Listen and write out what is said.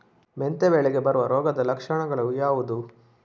ಮೆಂತೆ ಬೆಳೆಗೆ ಬರುವ ರೋಗದ ಲಕ್ಷಣಗಳು ಯಾವುದು?